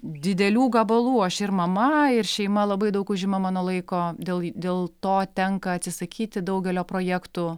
didelių gabalų aš ir mama ir šeima labai daug užima mano laiko dėl dėl to tenka atsisakyti daugelio projektų